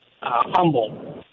humble